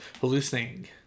hallucinating